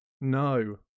No